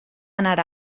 anar